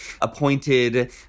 appointed